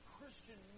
Christian